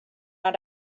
not